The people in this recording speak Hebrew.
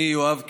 אני, יואב קיש,